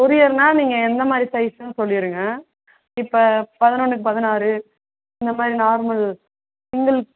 கொரியருன்னா நீங்கள் என்ன மாதிரி சைஸுன்னு சொல்லிருங்க இப்போ பதினொன்னுக்கு பதினாறு இந்த மாதிரி நார்மல் சிங்கிள்